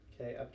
Okay